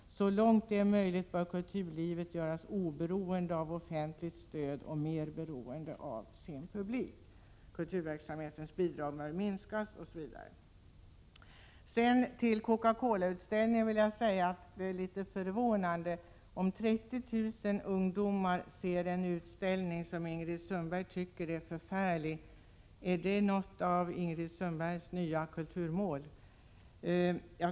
Så långt det är möjligt bör kulturlivet göras oberoende av offentligt stöd och mer beroende av sin publik. Kulturverksamhetens bidrag bör minskas. Beträffande Coca Cola-utställningen vill jag säga att det är förvånande att 30 000 ungdomar ser en utställning som enligt Ingrid Sundberg är förfärlig. Är detta något av Ingrid Sundbergs nya kulturmål?